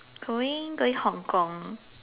going going Hong-Kong